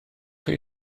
chi